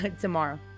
tomorrow